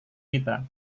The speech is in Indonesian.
kita